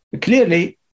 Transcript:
clearly